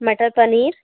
मटर पनीर